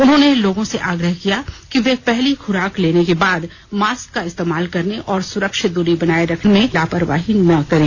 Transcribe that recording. उन्होंने लोगों से आग्रह किया कि वे पहली खुराक लेने के बाद मास्क का इस्तेमाल करने और सुरक्षित दूरी बनाये रखने में लापरवाही न बरतें